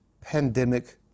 pandemic